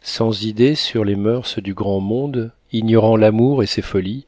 sans idées sur les moeurs du grand monde ignorant l'amour et ses folies